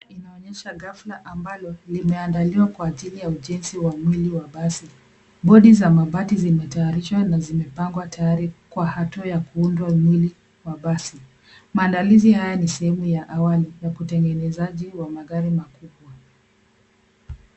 Inaonyesha ghafla ambayo limeandaliwa kwa ajili ya ujenzi wa mwili wa basi. Bodi za mabati zimetayarishwa na zimepangwa tayari kwa hatua ya kuundwa mwili za basi. Maandalizi haya ni sehemu ya awali na utengenezaji wa magari makubwa.